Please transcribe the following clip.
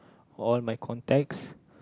all my contacts